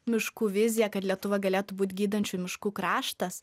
miškų viziją kad lietuva galėtų būt gydančių miškų kraštas